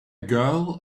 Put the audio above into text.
girl